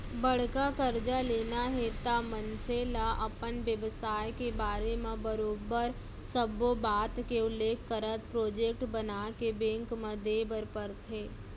बड़का करजा लेना हे त मनसे ल अपन बेवसाय के बारे म बरोबर सब्बो बात के उल्लेख करत प्रोजेक्ट बनाके बेंक म देय बर परथे